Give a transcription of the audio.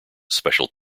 special